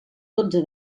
dotze